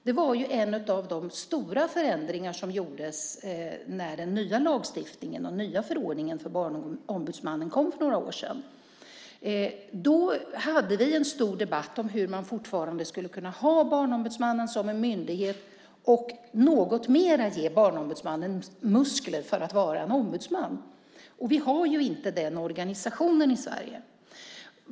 Det var en av de stora förändringar som gjordes när den nya lagstiftningen och den nya förordningen för Barnombudsmannen kom för några år sedan. Då hade vi en stor debatt om hur man skulle kunna ha kvar Barnombudsmannen som myndighet och samtidigt ge den lite mer muskler i sin roll som barnombudsman. Vi har inte den organisationen i Sverige.